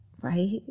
Right